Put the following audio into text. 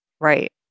Right